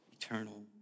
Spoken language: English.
eternal